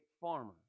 farmer